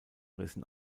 rissen